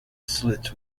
slits